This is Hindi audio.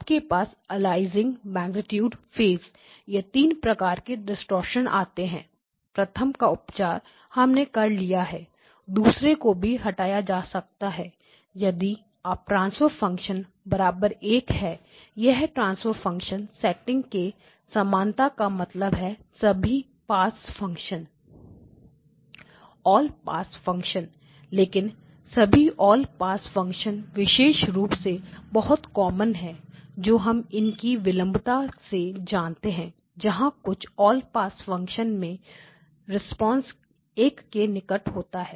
आपके पास aliasing magnitude phase aliasing magnitude phase यह तीन प्रकार के डिस्टॉर्शन आते हैं प्रथम का उपचार हमने कर लिया है दूसरे को भी हटाया जा सकता है यदि आप का ट्रांसफर फंक्शन बराबर एक है यह ट्रांसफर फंक्शन सेटिंग में समानता का मतलब है सभी pass function all pass function लेकिन सभी ऑल पास फंक्शन विशेष रूप में बहुत कॉमन है जो हम इनकी विलंबता से जानते हैं हां कुछ ऑल पास फंक्शन में रिस्पांस एक के निकट होता है